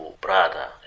brother